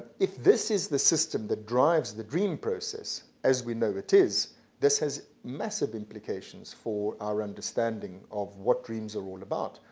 if this is the system that drives the dream process as we know it is this has massive implications for our understanding of what dreams are all about.